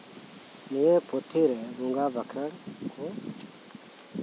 ᱱᱤᱭᱟᱹ ᱯᱩᱛᱷᱤ ᱨᱮ ᱵᱚᱸᱜᱟ ᱵᱟᱠᱷᱨᱟ ᱠᱚ